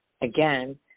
again